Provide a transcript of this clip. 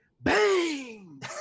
Bang